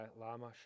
lama